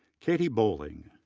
katie bowling,